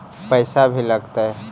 पैसा भी लगतय?